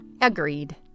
Agreed